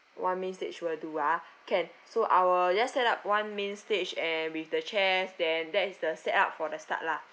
one main stage will do ah can so I will just set up one main stage and with the chairs then that is the set up for the start lah